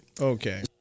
Okay